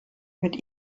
mit